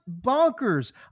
bonkers